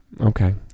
okay